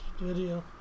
video